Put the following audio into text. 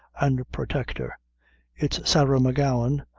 and protect her it's sarah m'gowan,